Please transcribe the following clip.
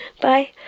Bye